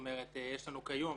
יש לנו כיום,